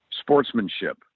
sportsmanship